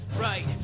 right